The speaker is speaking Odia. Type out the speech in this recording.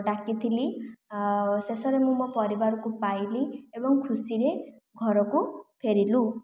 ଡାକିଥିଲି ଶେଷରେ ମୁଁ ମୋ ପରିବାରକୁ ପାଇଲି ଏବଂ ଖୁସିରେ ଘରକୁ ଫେରିଲୁ